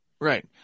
Right